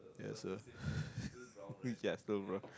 there's a yeah still brown